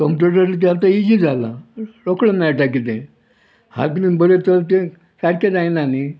computer तें आतां easy जाला रोकडे मेळटा कितें हाक बरें तर ते फायटी जायना न्ही